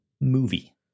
movie